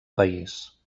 país